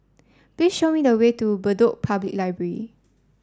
please show me the way to Bedok Public Library